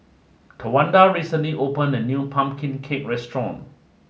Tawanda recently opened a new Pumpkin Cake restaurant